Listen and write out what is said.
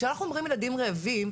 כשאנחנו אומרים "ילדים רעבים",